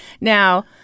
Now